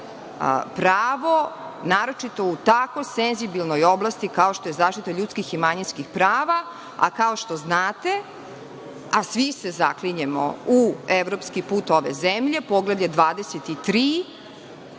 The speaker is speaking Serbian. pravo, naročito u tako senzibilnoj oblasti kao što je zaštita ljudskih i manjinskih prava, a kao što znate, a svi se zaklinjemo u evropski put ove zemlje, Poglavlje 23,